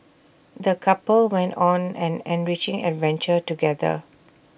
the couple went on an enriching adventure together